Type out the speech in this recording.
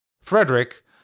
Frederick